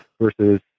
versus